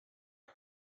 you